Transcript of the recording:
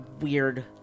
weird